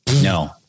No